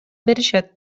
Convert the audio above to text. беришет